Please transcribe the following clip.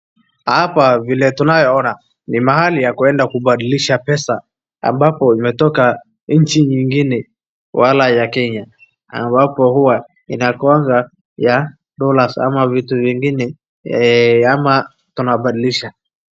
Hapa vile tunaye ona ni mahali ya kuenda kubadilisha pesa ambapo imetoka nchi nyingine wala ya Kenya. Ambapo huwa inakuanga ya Dollars ama vitu vingine ama tunabadilisha.